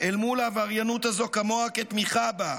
אל מול העבריינות הזו כמוה כתמיכה בה,